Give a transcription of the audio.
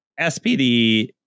SPD